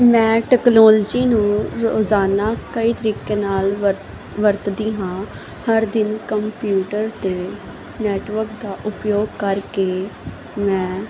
ਮੈਂ ਟੈਕਨੋਲੋਜੀ ਨੂੰ ਰੋਜ਼ਾਨਾ ਕਈ ਤਰੀਕੇ ਨਾਲ ਵਰ ਵਰਤਦੀ ਹਾਂ ਹਰ ਦਿਨ ਕੰਪਿਊਟਰ ਅਤੇ ਨੈਟਵਰਕ ਦਾ ਉਪਯੋਗ ਕਰਕੇ ਮੈਂ